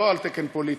לא על תקן פוליטי.